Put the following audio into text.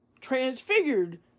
transfigured